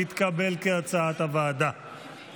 כהצעת הוועדה,